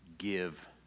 Give